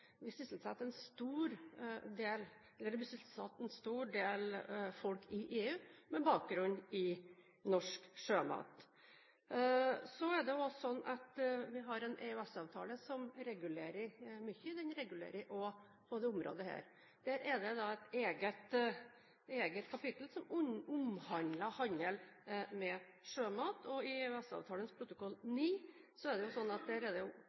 en stor del folk i EU med bakgrunn i norsk sjømat. Så er det også sånn at vi har en EØS-avtale som regulerer mye, den regulerer også fisk. Der er det et eget kapittel som omhandler handel med sjømat, og i EØS-avtalens protokoll 9 er det sånn at det stort sett er frihandel eller sterkt reduserte tollsatser. I tillegg er det